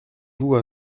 vous